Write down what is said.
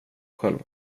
själv